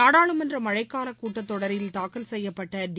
நாடாளுமன்ற மழைக்காலக் கூட்டத்தொடரில் தாக்கல் செய்யப்பட்ட டி